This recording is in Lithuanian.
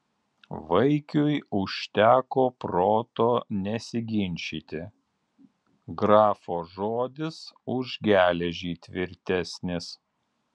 vaikiui užteko proto nesiginčyti grafo žodis už geležį tvirtesnis